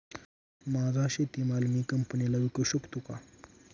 माझा शेतीमाल मी कंपनीला विकू शकतो का?